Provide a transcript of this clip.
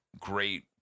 great